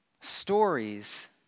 Stories